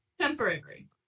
Temporary